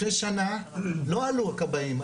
לפני שנה לא עלו הכבאים.